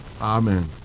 Amen